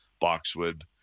boxwood